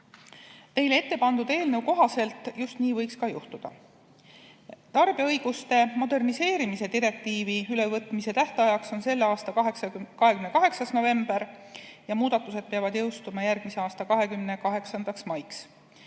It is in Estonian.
Teile ettepandud eelnõu kohaselt just nii võiks ka juhtuda. Tarbijaõiguste moderniseerimise direktiivi ülevõtmise tähtaeg on selle aasta 28. november ja muudatused peavad jõustuma järgmise aasta 28. maiks.